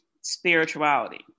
spirituality